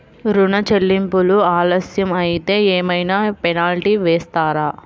ఋణ చెల్లింపులు ఆలస్యం అయితే ఏమైన పెనాల్టీ వేస్తారా?